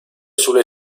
sulle